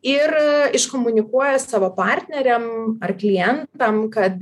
ir iškomunikuoja savo partneriam ar klientam kad